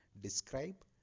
describe